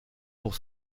pour